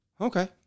okay